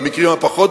במקרים הפחות,